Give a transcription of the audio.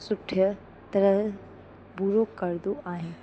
सुठे तरह पूरो करंदो आहे